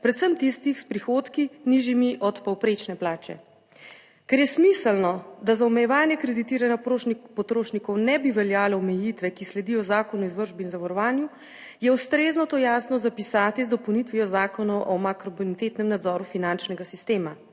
predvsem tistih s prihodki nižjimi od povprečne plače. Ker je smiselno, da za omejevanje kreditiranja potrošnikov ne bi veljale omejitve, ki sledijo zakonu o izvršbi in zavarovanju, je ustrezno to jasno zapisati z dopolnitvijo zakona o makrobonitetnem nadzoru finančnega sistema.